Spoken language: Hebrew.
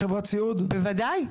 ברשותך אדוני,